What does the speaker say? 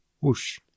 Whoosh